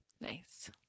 Nice